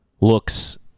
looks